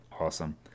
Awesome